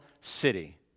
city